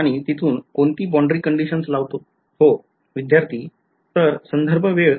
आणि तिथून कोणती boundary कंडिशन लावतो